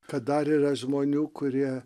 kad dar yra žmonių kurie